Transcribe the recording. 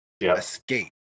escape